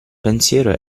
pensiero